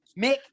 Mick